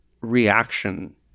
reaction